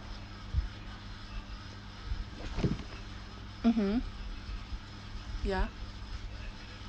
mmhmm ya